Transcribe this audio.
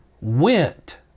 went